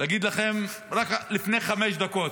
רק לפני חמש דקות,